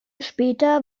später